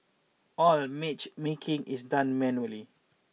all matchmaking is done manually